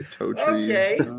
okay